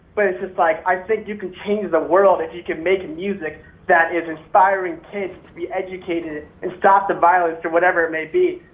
but it's just like, i think you can change the world and if you can make music that is inspiring kids to be educated. and stop the violence, or whatever it may be.